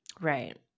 Right